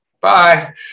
bye